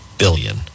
Billion